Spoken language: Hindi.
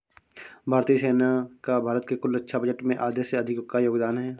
भारतीय सेना का भारत के कुल रक्षा बजट में आधे से अधिक का योगदान है